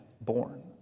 born